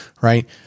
right